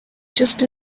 just